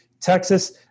Texas